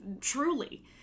truly